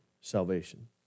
salvation